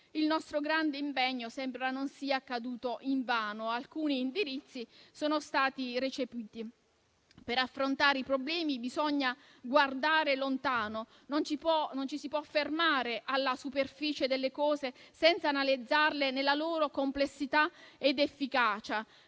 il nostro grande impegno sembra non sia stato invano, essendo stati recepiti alcuni indirizzi. Per affrontare i problemi bisogna guardare lontano. Non ci si può fermare alla superficie delle cose, senza analizzarle nella loro complessità ed efficacia,